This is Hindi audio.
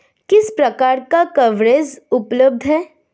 किस प्रकार का कवरेज उपलब्ध है?